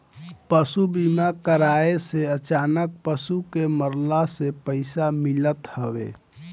पशु बीमा कराए से अचानक पशु के मरला से पईसा मिलत हवे